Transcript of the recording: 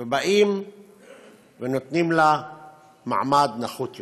ובאים ונותנים לה מעמד נחות יותר.